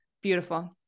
beautiful